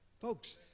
Folks